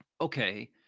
Okay